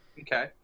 Okay